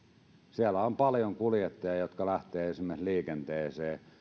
siellä on paljon esimerkiksi kuljettajia jotka lähtevät liikenteeseen